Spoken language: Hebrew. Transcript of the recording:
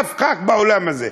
אף חבר כנסת באולם הזה,